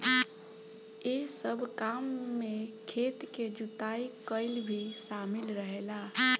एह सब काम में खेत के जुताई कईल भी शामिल रहेला